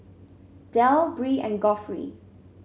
Del Bree and Geoffrey